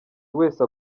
wese